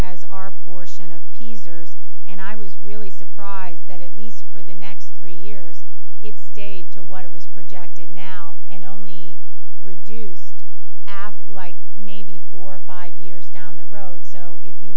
as our portion of and i was really surprised that at least for the next three years it stayed to what it was projected now and only reduced after like maybe four or five years down the road so if you